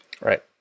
Right